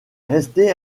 resté